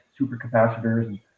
supercapacitors